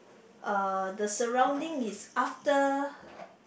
uh the surrounding is after